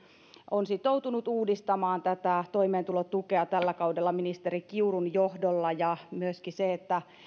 on sitoutunut uudistamaan toimeentulotukea tällä kaudella ministeri kiurun johdolla ja myöskin se että